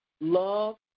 love